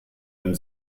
einem